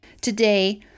Today